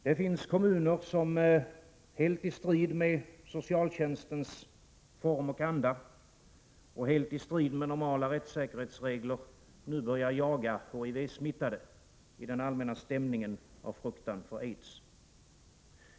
Det finns kommuner som helt i strid med socialtjänstens form och anda och helt i strid med normala rättssäkerhetsregler nu börjar jaga HIV-smittade, i den allmänna stämningen av fruktan för aids.